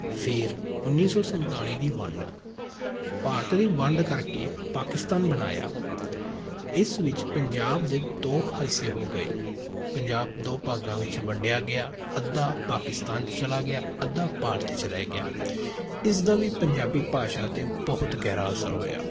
ਫਿਰ ਉੱਨੀ ਸੌ ਸੰਤਾਲੀ ਦੀ ਵੰਡ ਭਾਰਤ ਦੀ ਵੰਡ ਕਰਕੇ ਪਾਕਿਸਤਾਨ ਬਣਾਇਆ ਇਸ ਵਿੱਚ ਪੰਜਾਬ ਦੇ ਦੋ ਹਿੱਸੇ ਹੋ ਗਏ ਪੰਜਾਬ ਦੋ ਭਾਗਾਂ ਵਿੱਚ ਵੰਡਿਆ ਗਿਆ ਅੱਧਾ ਪਾਕਿਸਤਾਨ ਚਲਾ ਗਿਆ ਅੱਧਾ ਭਾਰਤ 'ਚ ਰਹਿ ਗਿਆ ਇਸ ਦਾ ਵੀ ਪੰਜਾਬੀ ਭਾਸ਼ਾ 'ਤੇ ਬਹੁਤ ਗਹਿਰਾ ਅਸਰ ਹੋਇਆ